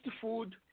food